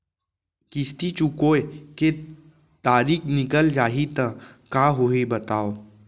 किस्ती चुकोय के तारीक निकल जाही त का होही बताव?